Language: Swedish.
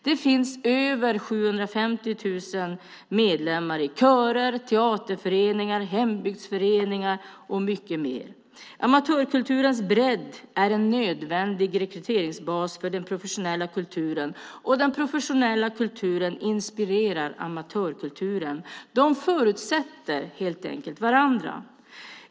Det finns över 750 000 medlemmar i körer, teaterföreningar, hembygdsföreningar och mycket mer. Amatörkulturens bredd är en nödvändig rekryteringsbas för den professionella kulturen, och den professionella kulturen inspirerar amatörkulturen. De förutsätter helt enkelt varandra.